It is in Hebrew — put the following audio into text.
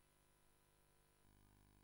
באופן נדיר מאוד מתקבלות,